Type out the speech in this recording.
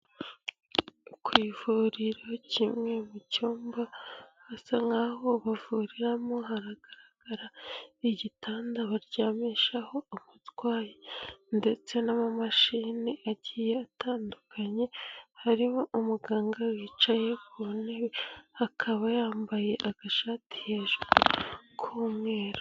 Ku Ivurira rimwe mu cyumba basa nkaho bavuriramo haragaragara igitanda baryamishaho abarwayi ndetse n'amamashini agiye atandukanye. Hari umuganga wicaye ku ntebe akaba yambaye agashati hejuru ku umweru.